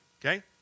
okay